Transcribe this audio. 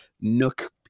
nook